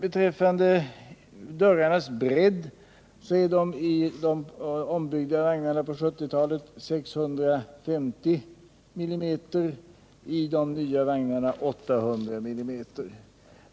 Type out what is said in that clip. Dörrarnas bredd i de på 1970-talet ombyggda vagnarna är 650 mm, i de nya vagnarna 800 mm.